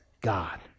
God